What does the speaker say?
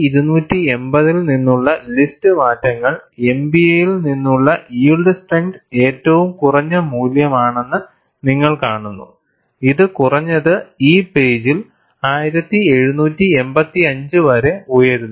1280 ൽ നിന്നുള്ള ലിസ്റ്റ് മാറ്റങ്ങൾ MPaയിൽ ഉള്ള യിൽഡ് സ്ട്രെങ്ത് ഏറ്റവും കുറഞ്ഞ മൂല്യമാണെന്ന് നിങ്ങൾ കാണുന്നു ഇത് കുറഞ്ഞത് ഈ പേജിൽ 1785 വരെ ഉയരുന്നു